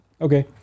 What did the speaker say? okay